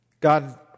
God